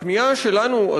הפנייה שלנו,